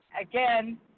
again